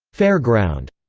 fareground,